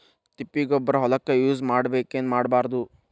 ತಿಪ್ಪಿಗೊಬ್ಬರ ಹೊಲಕ ಯೂಸ್ ಮಾಡಬೇಕೆನ್ ಮಾಡಬಾರದು?